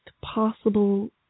possible